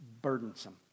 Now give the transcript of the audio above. burdensome